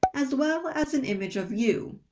as well as an image of you.